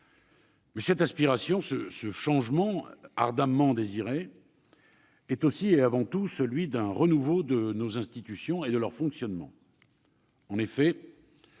transformer. Mais ce changement ardemment désiré est aussi et avant tout celui d'un renouveau de nos institutions et de leur fonctionnement.